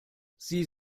sie